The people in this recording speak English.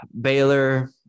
baylor